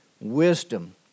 wisdom